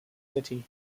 city